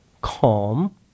calm